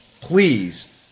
please